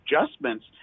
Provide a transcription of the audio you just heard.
adjustments